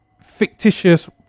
fictitious